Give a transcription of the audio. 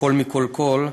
הכול מכול כול,